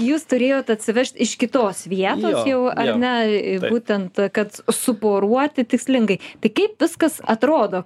jūs turėjot atsivežt iš kitos vietos jau ar ne ir būtent kad suporuoti tikslingai tai kaip viskas atrodo